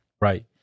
Right